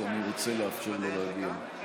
אז אני רוצה לאפשר לו להגיע.